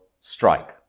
strike